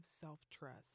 self-trust